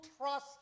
trust